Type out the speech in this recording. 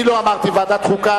ועדת הפנים?